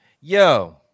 Yo